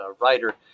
writer